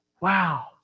Wow